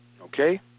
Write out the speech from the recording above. Okay